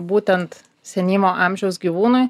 būtent senyvo amžiaus gyvūnui